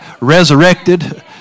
resurrected